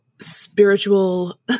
spiritual